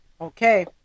okay